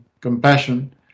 compassion